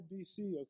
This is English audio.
BC